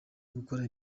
gukora